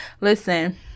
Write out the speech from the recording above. Listen